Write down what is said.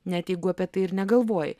net jeigu apie tai ir negalvoji